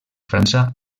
frança